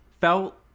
felt